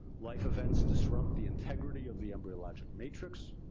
life events disrupt the integrity of the embryologic matrix.